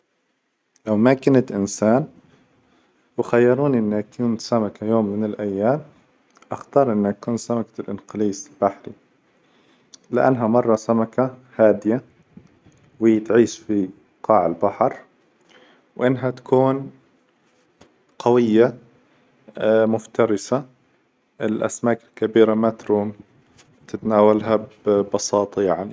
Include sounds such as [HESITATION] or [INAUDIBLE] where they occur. لو ما كنت إنسان وخيروني إني أكون سمكة يوم من الأيام! اختار إني أكون سمكة االإنقليس البحري لأنها مرة سمكة هادية، وتعيش في قاع البحر، وإنها تكون قوية، [HESITATION] مفترسة، الأسماك الكبيرة ماتروم تتناولها ببساطة يعني.